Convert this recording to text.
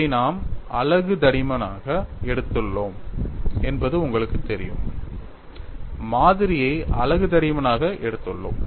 இதை நாம் அலகு தடிமனாக எடுத்துள்ளோம் என்பது உங்களுக்குத் தெரியும் மாதிரியை அலகு தடிமனாக எடுத்துள்ளோம்